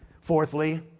Fourthly